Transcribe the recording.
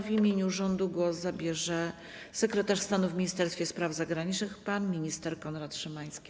W imieniu rządu głos zabierze sekretarz stanu w Ministerstwie Spraw Zagranicznych pan minister Konrad Szymański.